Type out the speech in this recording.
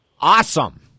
Awesome